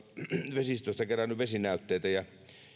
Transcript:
vesistöistä kerännyt vesinäytteitä ja